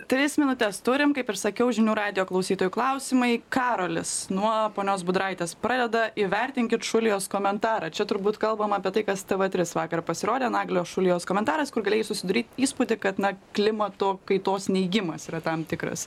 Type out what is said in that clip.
tris minutes turim kaip ir sakiau žinių radijo klausytojų klausimai karolis nuo ponios budraitės pradeda įvertinkit šulijos komentarą čia turbūt kalbama apie tai kas tv tris vakar pasirodė naglio šulijos komentaras kur galėjai susidaryt įspūdį kad na klimato kaitos neigimas yra tam tikras